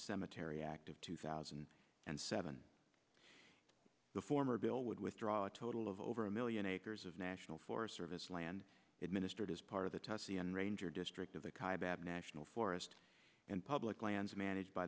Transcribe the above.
cemetery act of two thousand and seven the former bill would withdraw a total of over a million acres of national forest service land administered as part of the test sea and ranger district of the khyber have national forests and public lands managed by